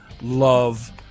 love